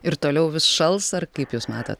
ir toliau vis šals ar kaip jūs matot